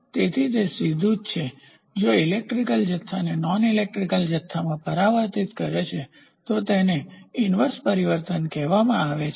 તેથી તે સીધું છે જો ઇલેક્ટ્રિકલ જથ્થોને નોન ઇલેક્ટ્રિકલ જથ્થામાં પરિવર્તિત કરે છે તો તેને ઈન્વર્સપરિવર્તન કહેવામાં આવે છે